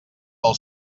vol